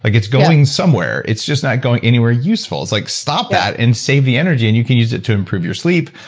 like it's going somewhere, it's just not going anywhere useful. it's like stop that and save the energy and you can use it to improve your sleep,